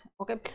okay